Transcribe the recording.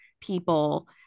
people